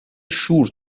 شور